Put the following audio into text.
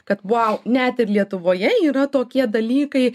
kad vau net ir lietuvoje yra tokie dalykai